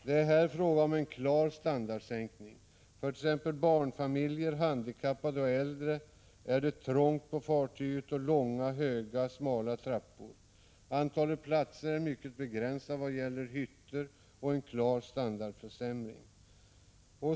Det är här fråga om en klar standardsänkning för t.ex. barnfamiljer, handikappade och äldre. Det är trångt på fartyget som också har långa, höga och smala trappor. Antalet platser är mycket begränsat vad gäller hytter, vilket innebär en klar standardförsämring.